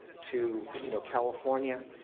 to you know california,